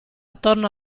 attorno